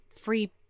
free